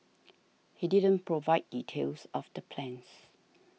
he didn't provide details of the plans